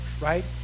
right